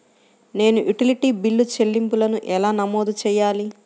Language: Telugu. నేను యుటిలిటీ బిల్లు చెల్లింపులను ఎలా నమోదు చేయాలి?